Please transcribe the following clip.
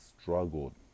struggled